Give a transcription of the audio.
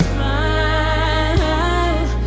Smile